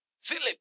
Philip